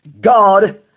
God